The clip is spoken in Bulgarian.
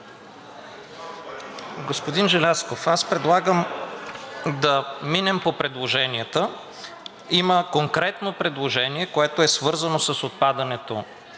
Господин Желязков, аз предлагам да минем по предложенията. Има конкретно предложение, което е свързано с отпадането